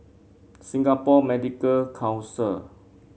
Singapore Medical Council